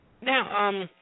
Now